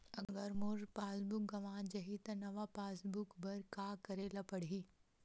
अगर मोर passbook गवां जाहि त नवा पास बुक बर का करे ल पड़हि?